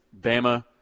Bama